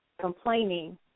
complaining